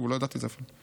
לא ידעתי את זה אפילו,